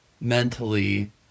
mentally